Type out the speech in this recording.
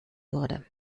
wurde